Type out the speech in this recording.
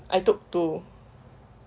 I took two